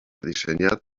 dissenyat